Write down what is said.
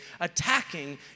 attacking